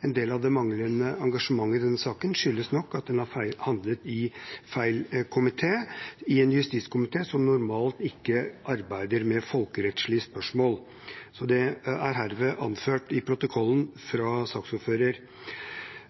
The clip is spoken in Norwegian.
en del av det manglende engasjementet i denne saken skyldes at den har havnet i feil komité, i justiskomiteen, som normalt ikke arbeider med folkerettslige spørsmål. Det er herved anført i protokollen fra saksordføreren.